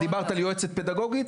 את דיברת על יועצת פדגוגית?